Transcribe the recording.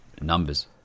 numbers